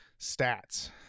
Stats